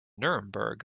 nuremberg